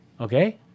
okay